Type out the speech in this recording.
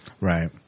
Right